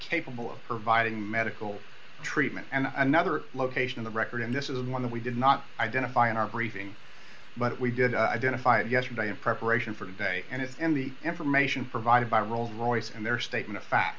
capable of providing medical treatment and another location in the record and this is one that we did not identify in our briefing but we did identify it yesterday in preparation for today and it is in the information provided by rolls royce in their statement of fa